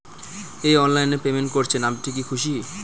এই অনলাইন এ পেমেন্ট করছেন আপনি কি খুশি?